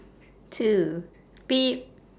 two